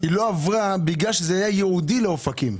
היא לא עברה בגלל שזה היה ייעודי לאופקים,